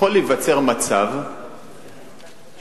שיכול להיווצר מצב ששופט